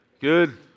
Good